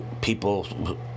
people